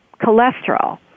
cholesterol